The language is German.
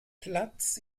platz